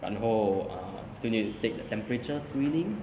然后 uh also need to take the temperature screening